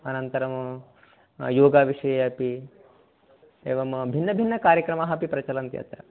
अनन्तरं योगाविषये अपि एवं भिन्नभिन्न कार्यक्रमाः अपि प्रचलन्ति अत्र